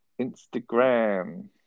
Instagram